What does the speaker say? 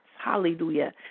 hallelujah